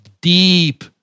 deep